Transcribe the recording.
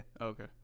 Okay